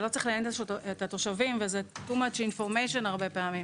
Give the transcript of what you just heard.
לא צריך לעניין את התושבים וזה יותר מדי אינפורמציה הרבה פעמים